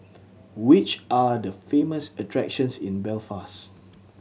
which are the famous attractions in Belfast